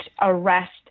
arrest